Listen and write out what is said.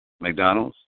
McDonald's